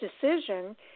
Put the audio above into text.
decision